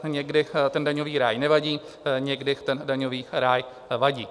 Někdy ten daňový ráj nevadí, někdy ten daňový ráj vadí.